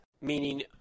Meaning